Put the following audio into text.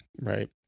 Right